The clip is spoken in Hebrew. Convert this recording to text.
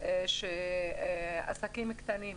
שעסקים קטנים,